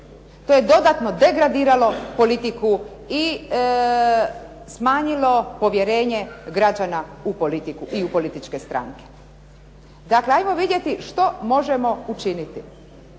To je dodatno degradiralo politiku i smanjilo povjerenje građana u politiku i u političke stranke. Dakle, hajmo vidjeti što možemo učiniti